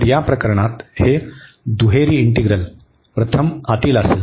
तर या प्रकरणात हे दुहेरी इंटीग्रल प्रथम आतील असेल